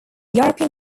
european